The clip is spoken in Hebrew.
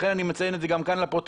לכן אני מציין את זה גם כאן לפרוטוקול,